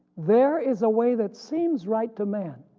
there is a way that seems right to man,